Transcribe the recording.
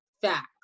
Facts